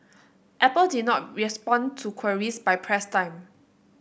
Apple did not respond to queries by press time